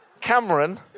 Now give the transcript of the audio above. Cameron